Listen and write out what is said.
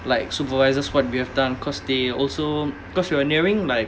like supervisors what we have done because they also because we're nearing like